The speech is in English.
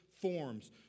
forms